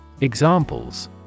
Examples